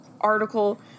article